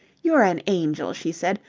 you're an angel, she said.